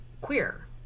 queer